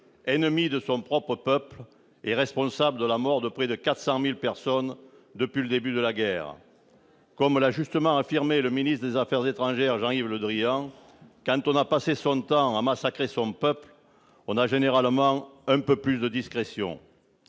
ennemi de son propre peuple et responsable de la mort de près de 400 000 personnes depuis le début de la guerre. Comme l'a justement affirmé le ministre des affaires étrangères, Jean-Yves Le Drian, « quand on a passé son temps à massacrer son peuple, on a généralement un peu plus de discrétion